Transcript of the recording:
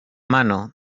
mano